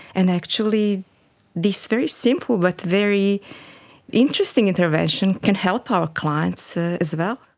and actually this very simple but very interesting intervention can help our clients ah as well.